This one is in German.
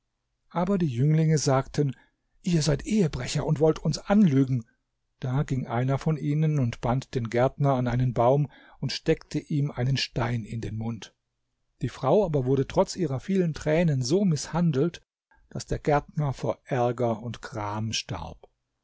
aber die jünglinge sagten ihr seid ehebrecher und wollt uns belügen da ging einer von ihnen und band den gärtner an einen baum und steckte ihm einen stein in den mund die frau aber wurde trotz ihrer vielen tränen so mißhandelt daß der gärtner vor ärger und gram starb